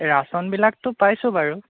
ৰাচনবিলাকটো পাইছোঁ বাৰু